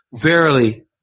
verily